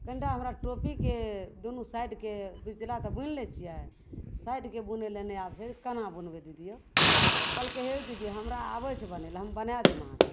कनिटा हमरा टोपीके दुनू साइडके बिचला तऽ बुनि लै छिए साइडके बुनै ले नहि आबै छै कोना बुनबै दीदी यौ कहलकै हे दीदी हमरा आबै छै बुनै ले हम बनै देब अहाँकेँ